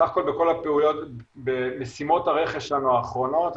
בסך הכל בכל משימות הרכש האחרונות שלנו